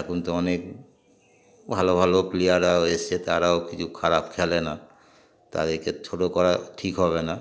এখন তো অনেক ভালো ভালো প্লেয়াররাও এসছে তারাও কিছু খারাপ খেলে না তাদেরকে ছোটো করা ঠিক হবে না